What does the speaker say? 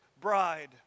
bride